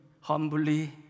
humbly